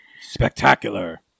Spectacular